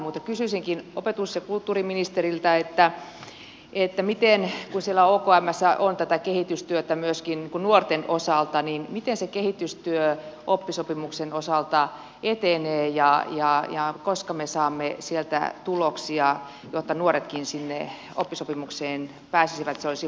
mutta kysyisinkin opetus ja kulttuuriministeriltä kun siellä okmssä on tätä kehitystyötä myöskin nuorten osalta miten se kehitystyö oppisopimuksen osalta etenee ja koska me saamme sieltä tuloksia jotta nuoretkin sinne oppisopimukseen pääsisivät ja se olisi houkutteleva